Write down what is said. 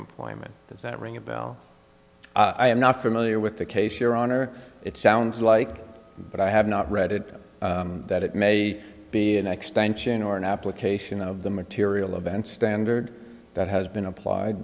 employment does that ring a bell i am not familiar with the case your honor it sounds like but i have not read it that it may be a next or an application of the material event standard that has been applied